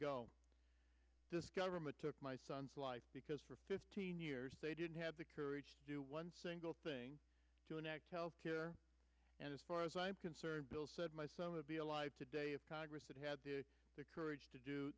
go this government took my son's life because for fifteen years they didn't have the courage to do one single thing to enact health care and as far as i'm concerned bill said my son to be alive today if congress had had the courage to do